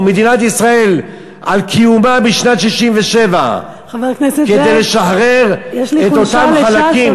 מדינת ישראל על קיומה בשנת 67' כדי לשחרר את אותם חלקים.